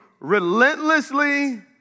relentlessly